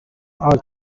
are